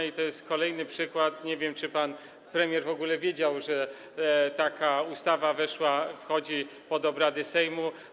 I to jest kolejny przykład - nie wiem, czy pan premier w ogóle wiedział, że taka ustawa wchodzi pod obrady Sejmu.